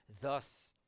Thus